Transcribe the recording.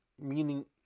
meaning